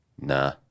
Nah